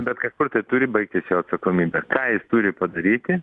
bet kažkur tai turi baigtis jo atsakomybė ką jis turi padaryti